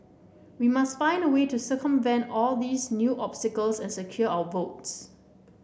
we must find a way to circumvent all these new obstacles and secure our votes